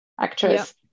actress